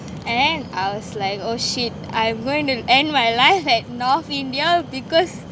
and I was like oh shit I'm going to end my life at north india because